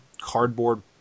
cardboard